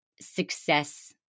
success